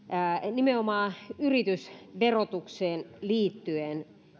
nimenomaan yritysverotukseen liittyen